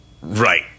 right